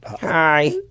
Hi